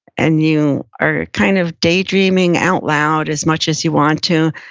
and you are kind of daydreaming out loud as much as you want to,